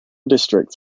districts